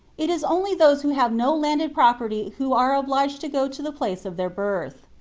it is only those who have no landed property who are obliged to go to the place of their birth.